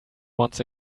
once